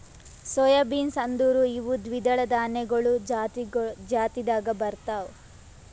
soy beans ಅಂದುರ್ ಇವು ದ್ವಿದಳ ಧಾನ್ಯಗೊಳ್ ಜಾತಿದಾಗ್ ಬರ್ತಾವ್